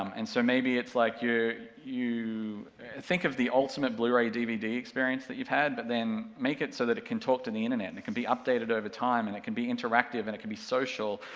um and so maybe it's like you're, think of the ultimate blu-ray dvd experience that you've had, but then, make it so that it can talk to the internet, and it can be updated over time and it can be interactive and it can be social,